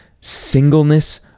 singleness